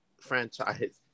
franchise